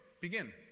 Begin